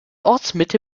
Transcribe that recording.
ortsmitte